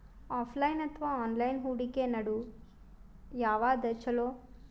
Offline ಅಥವಾ online ಹೂಡಿಕೆ ನಡು ಯವಾದ ಛೊಲೊ?